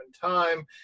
time